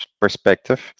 perspective